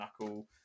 Knuckle